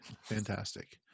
Fantastic